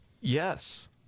Yes